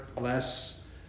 less